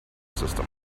system